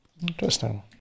Interesting